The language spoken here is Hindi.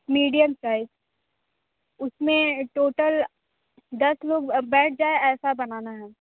मीडियम साइज उस में टोटल दस लोग बैठ जाए ऐसा बनाना है